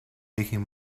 making